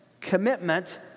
commitment